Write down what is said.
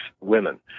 women